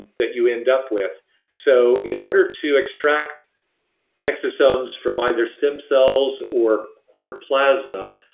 that you end up with so, in order to extract exosomes from either stem cells or cord plasma,